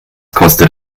kostet